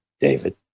David